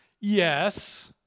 Yes